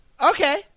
Okay